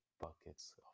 buckets